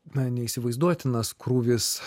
na neįsivaizduotinas krūvis